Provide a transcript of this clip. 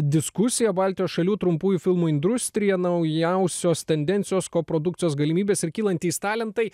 diskusiją baltijos šalių trumpųjų filmų industrija naujausios tendencijos koprodukcijos galimybės ir kylantys talentai